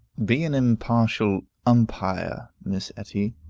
be an impartial umpire, miss etty,